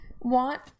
want